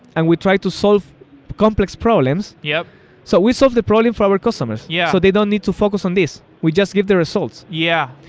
and we try to solve complex problems. yeah so we solve the problem for our customers. yeah so they don't need to focus on this. we just give the results. yeah.